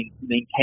maintain